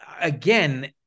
again